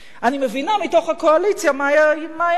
אני מבינה מתוך הקואליציה מהי העמדה,